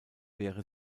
wäre